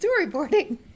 storyboarding